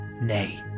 Nay